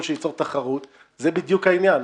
שייצור את התחרות זה בדיוק העניין.